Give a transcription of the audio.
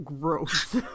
gross